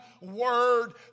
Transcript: word